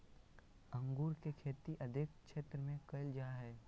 अंगूर के खेती अधिक क्षेत्र में कइल जा हइ